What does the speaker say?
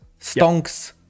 stonks